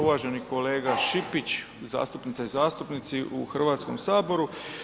Uvaženi kolega Šipić, zastupnice i zastupnici u Hrvatskom saboru.